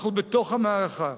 אנחנו בתוך המערכה.